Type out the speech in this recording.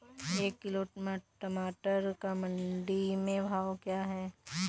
एक किलोग्राम टमाटर का मंडी में भाव क्या है?